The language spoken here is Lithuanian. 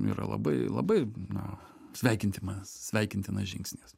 yra labai labai na sveikintina sveikintinas žingsnis